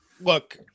look